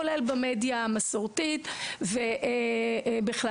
כולל במדיה המסורתית ובכלל.